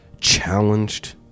challenged